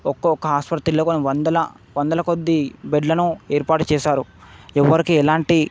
ఒక్కక్క ఆసుపత్రిలో కూడా వందల వందల కొద్దీ బెడ్లను ఏర్పాటు చేసారు ఎవరికి ఎలాంటి